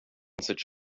such